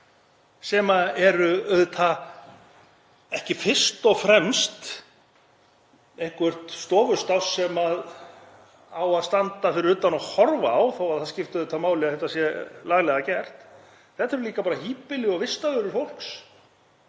sem eru auðvitað ekki fyrst og fremst einhver stofustáss sem á að horfa á utan frá, þó að það skipti auðvitað máli að þau sé laglega gerð? Þetta eru líka bara híbýli og vistarverur fólks.